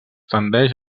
tendeix